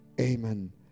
Amen